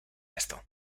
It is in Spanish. esto